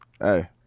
Hey